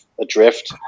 adrift